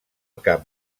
cap